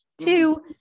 Two